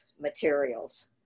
materials